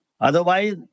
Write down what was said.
Otherwise